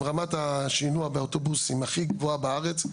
עם רמת השינוע באוטובוסים הכי גבוהה בארץ.